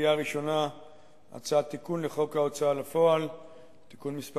לקריאה ראשונה הצעת תיקון לחוק ההוצאה לפועל (מס'